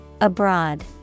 Abroad